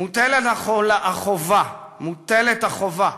מוטלת החובה, מוטלת החובה,